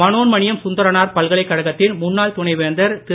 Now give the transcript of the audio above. மனோன்மணியம் சுந்தரநார் பல்கலைக் கழகத்தின் முன்னாள் துணைவேந்தர் திரு